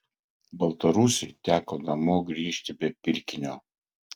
baltarusiui teko namo grįžti be pirkinio